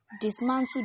dismantle